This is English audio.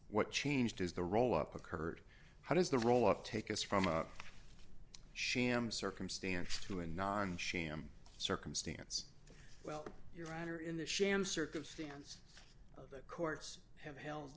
what changed is the roll up occurred how does the role of take us from a sham circumstantial to a non sham circumstance well you're either in the sham circumstance of the courts have held